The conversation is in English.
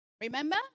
Remember